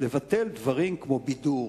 לבטל דברים כמו בידור,